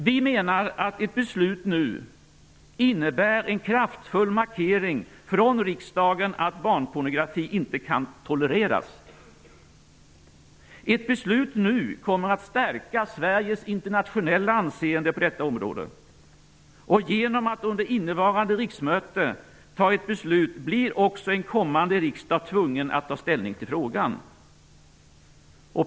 Vi menar att ett beslut nu innebär en kraftfull markering från riksdagen att barnpornografi inte kan tolereras. Ett beslut nu kommer att stärka Sveriges internationella anseende på detta område. Genom att under innevarande riksmöte ta ett beslut blir också en kommande riksdag tvungen att ta ställning till frågan.